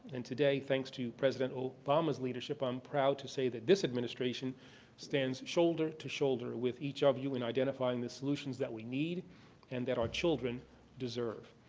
and today, thanks to president obama's leadership, i'm proud to say that this administration stands shoulder to shoulder with each of you in identifying the solutions that we need and that our children deserve.